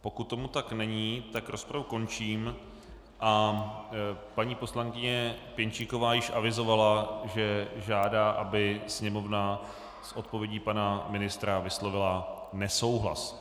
Pokud tomu tak není, tak rozpravu končím a paní poslankyně Pěnčíková již avizovala, že žádá, aby Sněmovna s odpovědí pana ministra vyslovila nesouhlas.